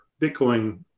Bitcoin